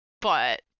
but-